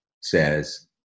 says